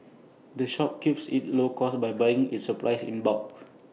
the shop keeps its costs low by buying its supplies in bulk